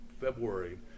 February